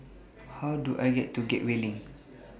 How Do I get to Gateway LINK